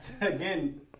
again